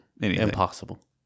Impossible